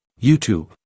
YouTube